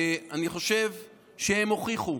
אני חושב שהם הוכיחו